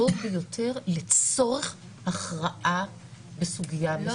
לצורך הכרעה בסוגיה מסוימת.